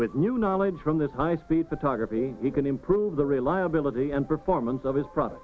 with new knowledge from this high speed photography he can improve the reliability and performance of his pro